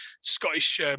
Scottish